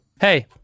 Hey